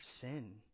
sin